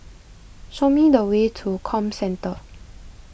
show me the way to Comcentre